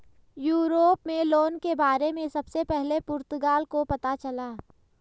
Europe में loan के बारे में सबसे पहले पुर्तगाल को पता चला